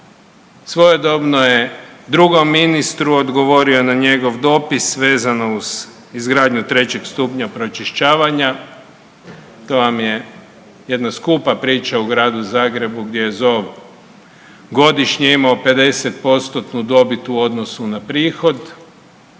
svojedobno je drugom ministru odgovorio na njegov dopis vezano uz izgradnju trećeg stupnja pročišćavanja, to vam je jedna skupa priča u Gradu Zagrebu gdje je ZOV godišnje imao 50%-tnu dobit u odnosu na prihod